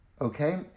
Okay